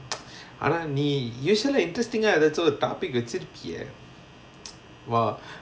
ஆனா நீ:aanaa nee usually interesting ah எதாச்சும் ஒரு:ethachum oru topic வச்சிருபியே:vachirupiyae !wah!